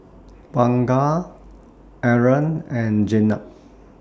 Bunga Aaron and Jenab